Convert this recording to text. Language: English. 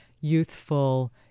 youthful